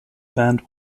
band